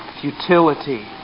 futility